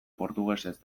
portugesez